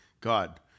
God